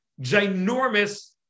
ginormous